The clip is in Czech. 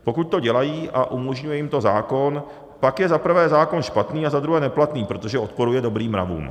Pokud to dělají a umožňuje jim to zákon, pak je za prvé zákon špatný a za druhé neplatný, protože odporuje dobrým mravům.